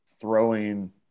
throwing